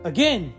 Again